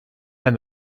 and